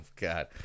god